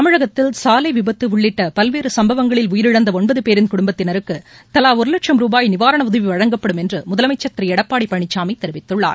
தமிழகத்தில் சாலை விபத்து உள்ளிட்ட பல்வேறு சம்பவங்களில் உயிரிழந்த ஒன்பது பேரின் குடும்பத்தினருக்கு தலா ஒரு லட்சம் ரூபாய் நிவாரண உதவி வழங்கப்படும் என்று முதலமைச்சா் திரு எடப்பாடி பழனிசாமி தெரிவித்துள்ளார்